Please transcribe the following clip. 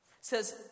says